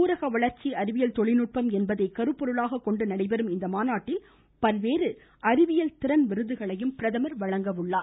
ஊரக வளர்ச்சி அறிவியல் தொழில்நுட்பம் என்பதை கருப்பொருளாக கொண்டு நடைபெறும் இம்மாநாட்டில் பல்வேறு அறிவியல் திறன் விருதுகளையும் பிரதமர் வழங்குகிறார்